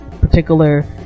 particular